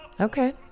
Okay